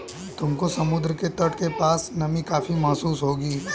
तुमको समुद्र के तट के पास नमी काफी महसूस होगी